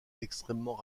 extrêmement